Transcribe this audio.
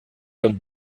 comme